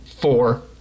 Four